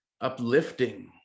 uplifting